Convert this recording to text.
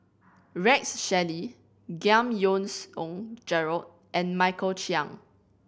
Rex Shelley Giam Yean Song Gerald and Michael Chiang